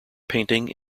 painting